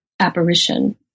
Apparition